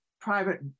private